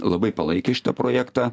labai palaikė šitą projektą